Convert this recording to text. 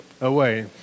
away